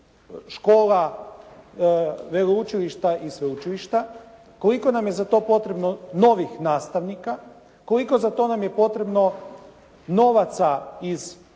škola, veleučilišta i sveučilišta? Koliko nam je za to potrebno novih nastavnika? Koliko za to nam je potrebno novaca iz